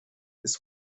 ist